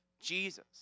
Jesus